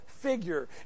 figure